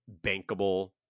bankable